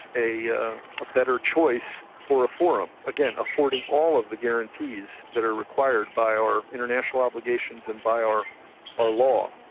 a yeah a better choice for a forum. again, affording all of the guarantees that are required by our international obligations and by our our law.